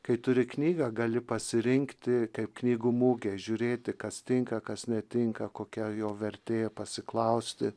kai turi knygą gali pasirinkti kaip knygų mugėj žiūrėti kas tinka kas netinka kokia jo vertė pasiklausti